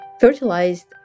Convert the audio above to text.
fertilized